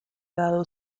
dado